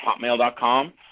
Hotmail.com